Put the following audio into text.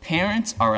parents are